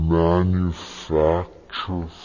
manufacture